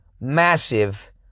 massive